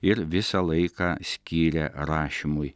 ir visą laiką skyrė rašymui